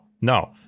no